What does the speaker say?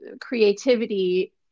creativity